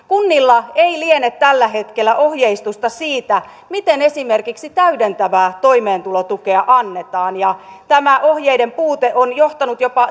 kunnilla ei liene tällä hetkellä ohjeistusta siitä miten esimerkiksi täydentävää toimeentulotukea annetaan tämä ohjeiden puute on johtanut jopa